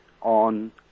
on